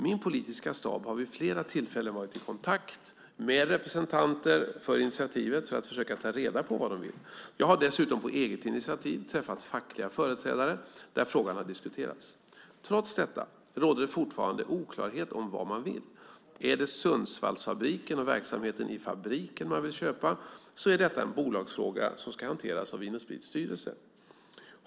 Min politiska stab har vid flera tillfällen varit i kontakt med representanter för initiativet för att försöka ta reda på vad de vill. Jag har dessutom på eget initiativ träffat fackliga företrädare och diskuterat frågan. Trots detta råder det fortfarande oklarhet om vad man vill. Är det Sundsvallsfabriken och verksamheten i fabriken man vill köpa är det en bolagsfråga som ska hanteras av Vin & Sprits styrelse.